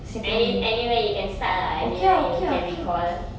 any~ anywhere you can start ah anywhere you can recall